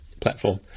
platform